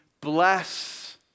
bless